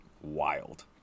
Wild